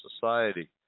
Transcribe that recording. society